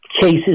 Cases